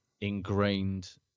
ingrained